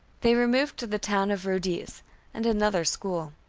they removed to the town of rodez and another school.